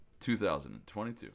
2022